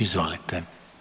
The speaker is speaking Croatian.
Izvolite.